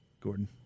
Gordon